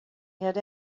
had